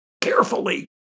carefully